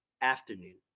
afternoon